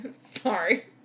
Sorry